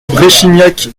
bréchignac